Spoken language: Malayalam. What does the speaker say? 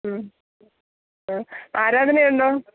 മ്മ് മ് ആരാധന ഉണ്ടോ